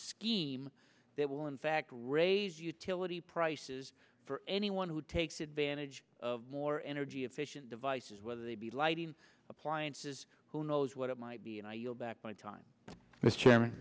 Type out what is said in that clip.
scheme that will in fact raise utility prices for anyone who takes advantage of more energy efficient devices whether they be lighting appliances who knows what it might be and i yield back my time as